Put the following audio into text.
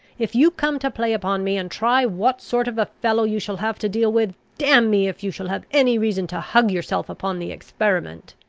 if you come to play upon me, and try what sort of a fellow you shall have to deal with, damn me if you shall have any reason to hug yourself upon the experiment.